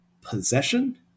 possession